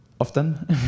often